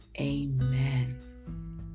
Amen